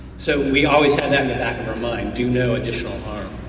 so we always have that in the back of our mind, do no additional harm.